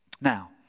Now